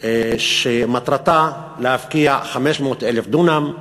שמטרתה להפקיע 500,000 דונם,